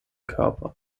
körper